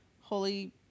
holy